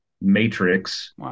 matrix